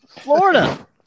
Florida